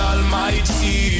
Almighty